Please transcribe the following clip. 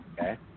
Okay